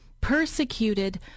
persecuted